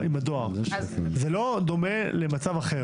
זה לא דומה למצב אחר.